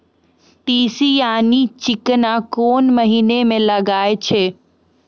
तीसी यानि चिकना कोन महिना म लगाय छै?